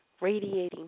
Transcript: Radiating